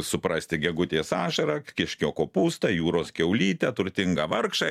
suprasti gegutės ašarą kiškio kopūstai jūros kiaulytę turtingą vargšą